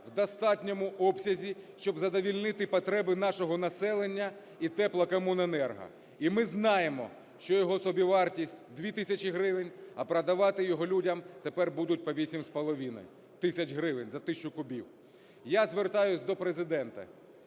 в достатньому обсязі, щоб задовільнити потреби нашого населення і "Теплокомуненерго". І ми знаємо, що його собівартість – 2 тисячі гривень, а продавати його людям тепер будуть по 8,5 тисяч гривень за тисячу кубів. Я звертаюсь до Президента.